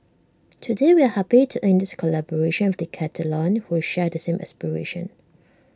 today we are happy to ink this collaboration with Decathlon who share the same aspiration